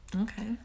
Okay